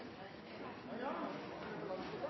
medan